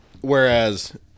Whereas